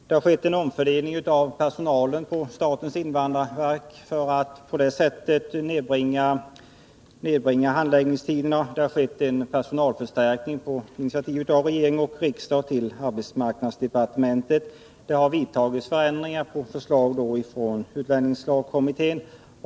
Det har skett en omfördelning av personalen på statens invandrarverk för att på det sättet nedbringa handläggningstiderna, och det har på initiativ av regering och riksdag skett en personalförstärkning på arbetsmarknadsdepartementet. Det har gjorts förändringar på förslag av utlänningslagskommittén.